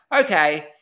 Okay